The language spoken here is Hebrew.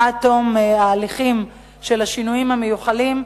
עד תום ההליכים של השינויים המיוחלים,